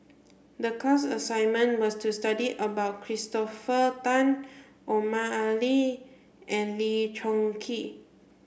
the class assignment was to study about Christopher Tan Omar Ali and Lee Choon Kee